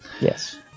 yes